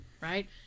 right